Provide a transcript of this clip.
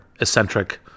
eccentric